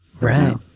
Right